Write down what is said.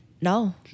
No